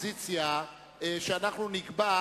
לחוק-יסוד: הממשלה, אני מתכבד